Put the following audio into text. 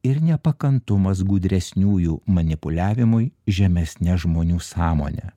ir nepakantumas gudresniųjų manipuliavimui žemesne žmonių sąmone